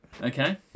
Okay